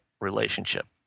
relationship